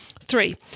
Three